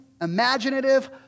imaginative